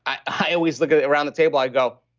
i always look around the table, i'd go,